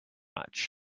much